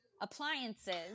appliances